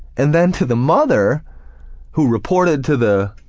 and then to the mother who reported to the